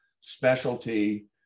specialty